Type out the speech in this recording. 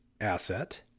asset